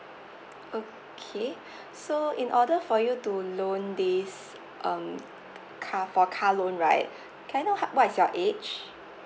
okay so in order for you to loan this um car for car loan right can I know how what is your age